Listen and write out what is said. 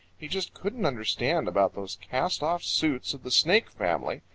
he just couldn't understand about those cast-off suits of the snake family,